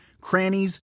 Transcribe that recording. crannies